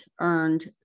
earned